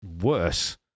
worse